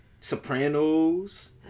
Sopranos